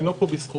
אני לא פה בזכותך,